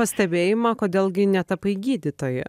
pastebėjimą kodėl gi netapai gydytoja